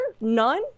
none